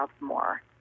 more